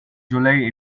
july